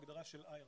בהגדרה של איירה.